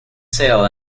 sail